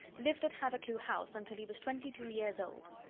lived at hathercleugh house until he was twenty-two years old.